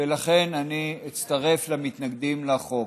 ולכן אני אצטרף למתנגדים לחוק.